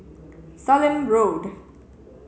Sallim Road